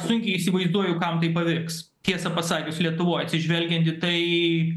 sunkiai įsivaizduoju kam tai pavyks tiesą pasakius lietuvoj atsižvelgiant į tai